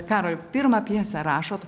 karoli pirmą pjesę rašot